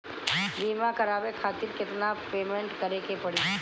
बीमा करावे खातिर केतना पेमेंट करे के पड़ी?